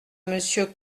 monsieur